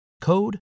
code